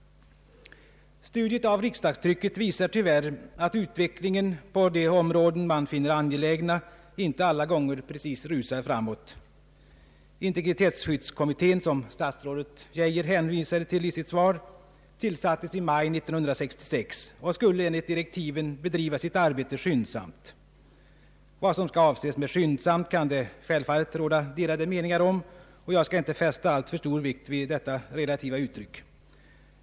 Studiet av riksdagstrycket visar tyvärr att utvecklingen på de områden som man finner angelägna inte alla gånger precis rusar framåt. Integritetsskyddskommittén, som statsrådet Geijer hänvisade till i sitt svar, tillsattes i maj 1966 och skulle enligt direktiven bedriva sitt arbete skyndsamt. Vad som skall avses med skyndsamt kan det självfallet råda delade meningar om, och jag skall inte fästa alltför stor vikt vid detta relativa uttryck.